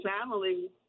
family